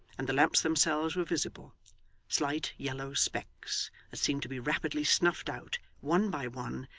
and the lamps themselves were visible slight yellow specks, that seemed to be rapidly snuffed out, one by one,